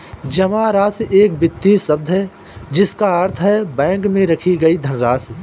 जमा राशि एक वित्तीय शब्द है जिसका अर्थ है बैंक में रखी गई धनराशि